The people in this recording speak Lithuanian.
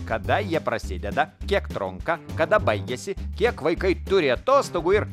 kada jie prasideda kiek trunka kada baigiasi kiek vaikai turi atostogų ir